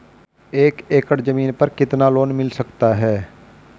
एक एकड़ जमीन पर कितना लोन मिल सकता है?